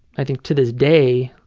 think, to this day,